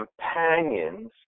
companions